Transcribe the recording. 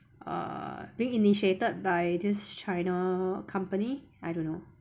err being initiated by this china company I don't know